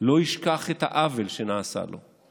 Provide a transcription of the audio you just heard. לא ישכח את העוול שנעשה לו.